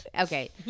okay